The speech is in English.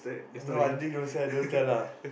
no I didn't don't say don't tell lah